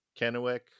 Kennewick